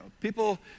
People